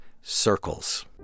Circles